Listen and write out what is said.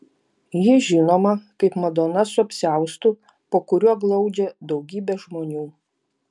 ji žinoma kaip madona su apsiaustu po kuriuo glaudžia daugybę žmonių